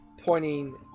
Pointing